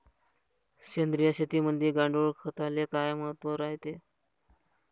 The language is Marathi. सेंद्रिय शेतीमंदी गांडूळखताले काय महत्त्व रायते?